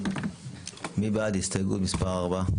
מי בעד הסתייגות מספר 4?